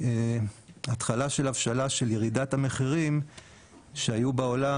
מהתחלה של הבשלה של ירידת המחירים שהיו בעולם,